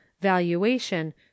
Valuation